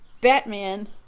Batman